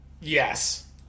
Yes